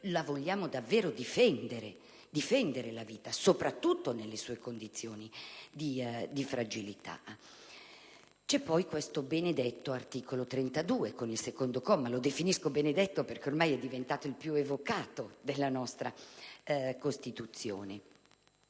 noi vogliamo realmente difendere la vita, soprattutto nelle sue condizioni di fragilità. C'è poi il benedetto articolo 32, con il secondo comma (lo definisco "benedetto" perché ormai è diventato quello più evocato della Costituzione).